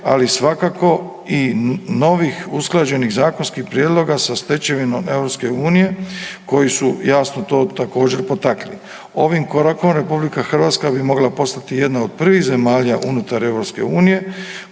ali svakako i novih usklađenih zakonskih prijedloga sa stečevinom EU, koju su, jasno, to također, potakli. Ovim korakom RH bi mogla postati jedna od prvih zemalja unutar EU